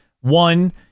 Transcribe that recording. one